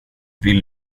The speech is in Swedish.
vill